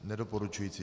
Nedoporučující.